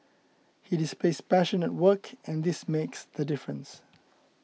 he displays passion at work and this makes the difference